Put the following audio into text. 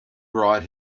brought